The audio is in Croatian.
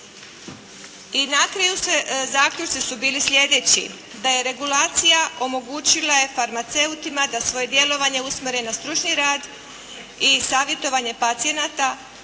I na kraju zaključci su bili slijedeći, da je regulacija omogućila farmaceutima da svoje djelovanje usmjere na stručni rad i savjetovanje pacijenata